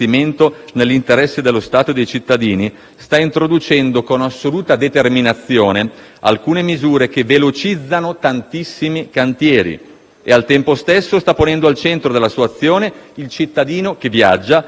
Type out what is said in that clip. sta introducendo - con assoluta determinazione - alcune misure che velocizzano tantissimi cantieri, e al tempo stesso sta ponendo al centro della sua azione il cittadino che viaggia e l'imprenditore che si muove per lavoro.